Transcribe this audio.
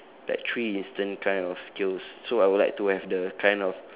that three instant kind of skills so I would like to have the kind of